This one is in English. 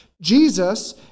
Jesus